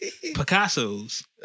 Picasso's